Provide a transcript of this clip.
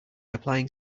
applying